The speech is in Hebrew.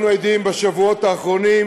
אנחנו עדים בשבועות האחרונים